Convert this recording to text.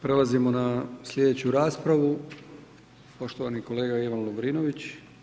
Prelazimo na sljedeću raspravu, poštovani kolega Ivan Lovrinović.